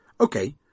Okay